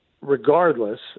regardless